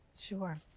Sure